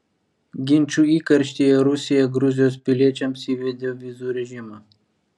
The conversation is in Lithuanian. ginčų įkarštyje rusija gruzijos piliečiams įvedė vizų režimą